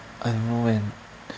I don't know when